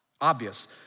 obvious